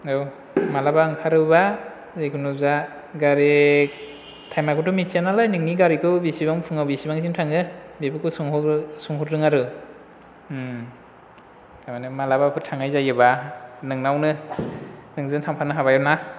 औ मालाबा ओंखारोबा जेखुनु जाया गारि थाइमाखौथ' मिथिया नालाय नोंनि गारिखौ बेसेबां फुङाव बेसेबांसिम थाङो बेफोरखौ सोंहरो सोंहरदों आरो थारमानि मालाबाफोर थांनाय जायोबा नोंनावनो नोजों थांफानो हाबाय ना